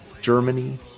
Germany